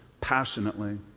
passionately